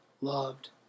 loved